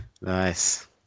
Nice